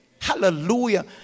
Hallelujah